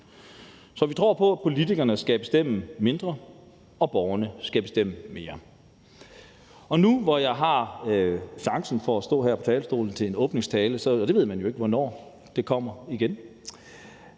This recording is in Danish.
Så vi tror på, at politikerne skal bestemme mindre, og at borgerne skal bestemme mere. Nu, hvor jeg har chancen for at stå her på talerstolen til en åbningstale – man ved jo ikke, hvornår chancen kommer igen